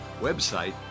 Website